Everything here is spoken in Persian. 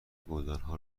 گلدانها